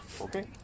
Okay